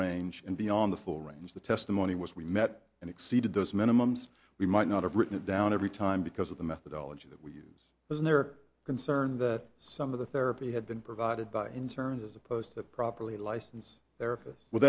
range and beyond the full range the testimony was we met and exceeded those minimums we might not have written it down every time because of the methodology that we use is there concern that some of the therapy had been provided by interned as opposed to properly license there as well